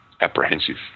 apprehensive